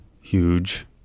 Huge